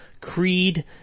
Creed